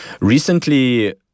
Recently